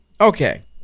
Okay